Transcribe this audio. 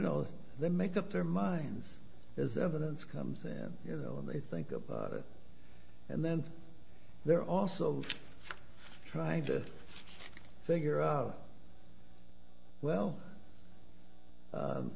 know they make up their minds as evidence comes and you know and they think about it and then they're also trying to figure out well